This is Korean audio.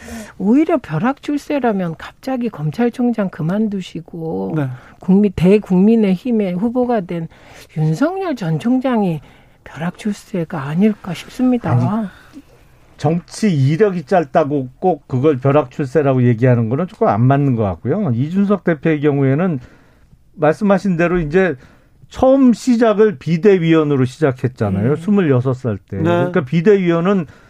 오히려 벼락출세라면 갑자기 검찰총장 그만두시고 네. 국민- 대국민의힘의 후보가 된 윤석열 전 총장이 벼락출세가 아닐까 싶습니다. 아니, 정치 이력이 짧다고 꼭 그걸 벼락출세라고 얘기하는 거는 조금 안 맞는 것 같고요. 이준석 대표의 경우에는 말씀하신 대로 이제 처음 시작을 비대위원으로 시작했잖아요, 네. 26 살 때. 네. 그러니까 비대위원은